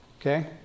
Okay